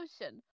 Ocean